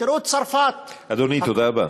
תראו את צרפת, אדוני, תודה רבה.